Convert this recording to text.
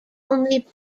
only